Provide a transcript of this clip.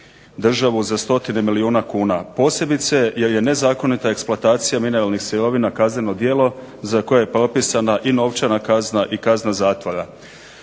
državu za 100-tine milijuna kuna, posebice jer je nezakonita eksploatacija mineralnih sirovina kazneno djelo za koje propisana i novčana kazna i kazna zatvora.